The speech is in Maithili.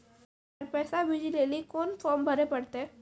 सर पैसा भेजै लेली कोन फॉर्म भरे परतै?